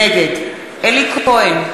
נגד אלי כהן,